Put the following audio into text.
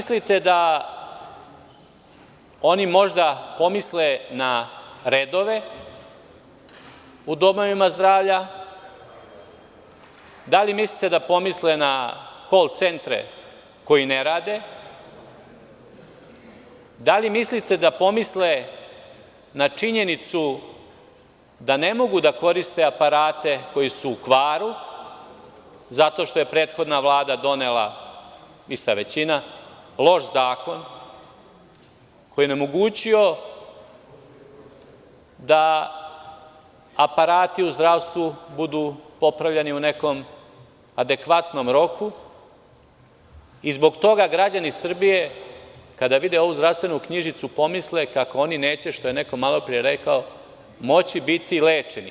Da li mislite da oni možda pomisle na redove u domovima zdravlja, da li mislite da pomisle na kol centre koji ne rade, da li mislite da pomisle na činjenicu da ne mogu da koriste aparate koji su u kvaru zato što je prethodna Vlada donela, ista većina, loš zakon koji nam je omogućio da aparati u zdravstvu budu popravljeni u nekom adekvatnom roku i zbog toga građani Srbije, kada vide ovu zdravstvenu knjižicu, pomisle kako oni neće, što je neko malo pre rekao, moći biti lečeni.